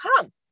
come